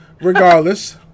regardless